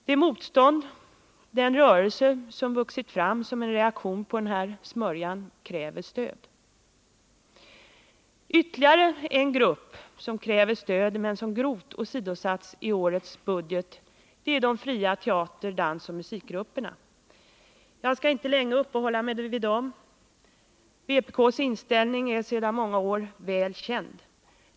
Det motstånd, den rörelse, som vuxit fram som en reaktion mot den här smörjan kräver stöd. Ytterligare några grupper som kräver stöd men som grovt åsidosatts i årets budget är den fria teatern samt dansoch musikgrupperna. Jag skall inte länge uppehålla mig vid dessa grupper. Vpk:s inställning är sedan många år tillbaka väl känd.